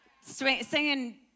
singing